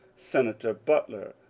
senator butler,